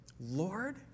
Lord